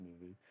movie